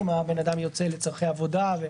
אם אדם יוצא לצורכי עבודה,